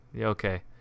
okay